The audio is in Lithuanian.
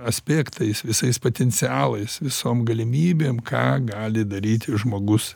aspektais visais potencialais visom galimybėm ką gali daryti žmogus